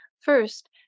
First